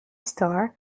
star